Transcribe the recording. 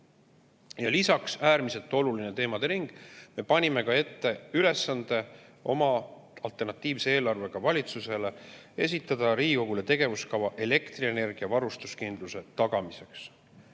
Lisaks äärmiselt oluline teemadering: me panime oma alternatiivse eelarvega valitsuse ette ülesande esitada Riigikogule tegevuskava elektrienergia varustuskindluse tagamiseks.